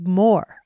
more